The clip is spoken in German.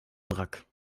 wrack